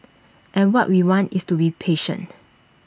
and what we want is to be patient